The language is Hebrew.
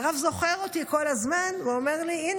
והרב זוכר אותי כל הזמן ואומר לי: הינה,